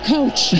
Coach